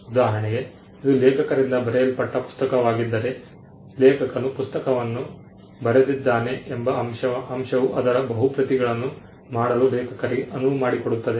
ಉದಾಹರಣೆಗೆ ಇದು ಲೇಖಕರಿಂದ ಬರೆಯಲ್ಪಟ್ಟ ಪುಸ್ತಕವಾಗಿದ್ದರೆ ಲೇಖಕನು ಪುಸ್ತಕವನ್ನು ಬರೆದಿದ್ದಾನೆ ಎಂಬ ಅಂಶವು ಅದರ ಬಹು ಪ್ರತಿಗಳನ್ನು ಮಾಡಲು ಲೇಖಕರಿಗೆ ಅನುವು ಮಾಡಿಕೊಡುತ್ತದೆ